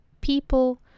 people